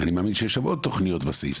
אני מאמין שיש שם עוד תוכניות בסעיף,